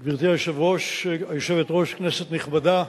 גברתי היושבת-ראש, כנסת נכבדה,